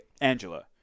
angela